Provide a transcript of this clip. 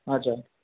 अच्छा